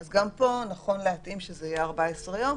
אז גם פה נכון להתאים שזה יהיה 14 יום.